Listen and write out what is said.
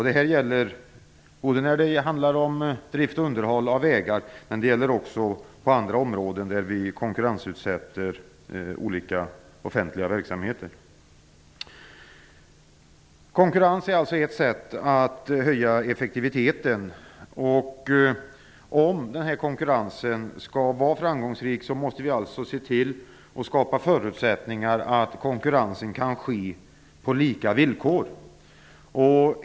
Deg gäller drift och underhåll av vägar men också andra områden där olika offentliga verksamheter konkurrensutsätts. Konkurrens är ett sätt att höja effektiviteten. Om konkurrensen skall var framgångsrik måste vi se till att skapa förutsättningar för konkurrensen att ske på lika villkor.